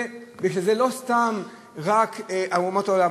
זה לא סתם רק אומות העולם.